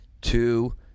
two